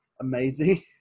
amazing